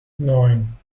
neun